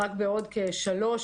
רק בעוד כשלוש,